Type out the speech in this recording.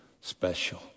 special